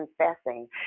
confessing